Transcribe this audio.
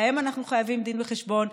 להם אנחנו חייבים דין וחשבון,